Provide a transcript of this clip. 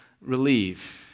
relief